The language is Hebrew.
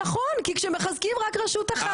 נכון, כי כשמחזקים רק רשות אחת זה דיקטטורה.